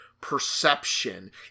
perception